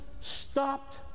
stopped